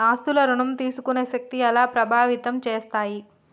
ఆస్తుల ఋణం తీసుకునే శక్తి ఎలా ప్రభావితం చేస్తాయి?